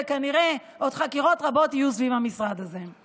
וכנראה עוד חקירות רבות יהיו סביב המשרד הזה.